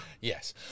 yes